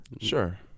Sure